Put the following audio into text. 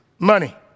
Money